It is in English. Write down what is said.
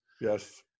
Yes